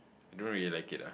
don't really like it ah